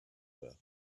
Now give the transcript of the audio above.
her